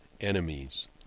enemies